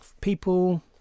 people